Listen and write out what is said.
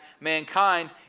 mankind